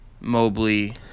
Mobley